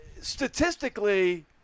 statistically